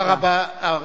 תודה רבה.